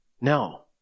No